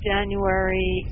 January